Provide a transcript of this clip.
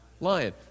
lion